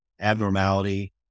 abnormality